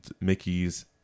Mickey's